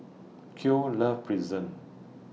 Khloe loves Pretzel